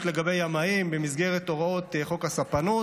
לגבי ימאים במסגרת הוראות חוק הספנות,